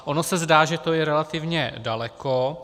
Ono se zdá, že to je relativně daleko.